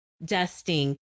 dusting